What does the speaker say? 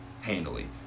handily